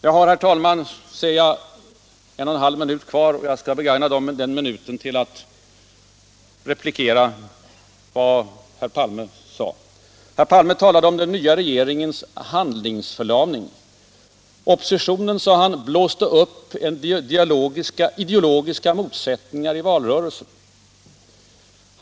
Mina återstående 1,5 minuter skall jag begagna till att replikera herr Palme. Han talade om den nya regeringens handlingsförlamning. Oppositionen, sade han, blåste upp ideologiska motsättningar i valrörelsen.